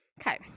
Okay